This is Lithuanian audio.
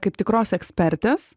kaip tikros ekspertės